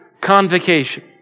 convocation